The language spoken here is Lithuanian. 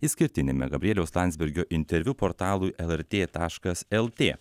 išskirtiniame gabrieliaus landsbergio interviu portalui lrt taškas lt